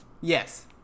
yes